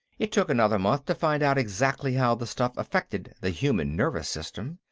it took another month to find out exactly how the stuff affected the human nervous system,